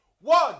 One